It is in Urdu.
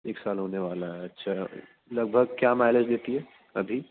ایک سال ہونے والا ہے اچھا لگ بھگ کیا مائیلج دیتی ہے ابھی